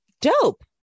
dope